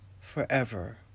forever